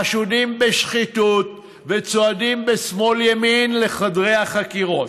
חשודים בשחיתות וצועדים בשמאל-ימין לחדר החקירות,